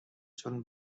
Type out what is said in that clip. چون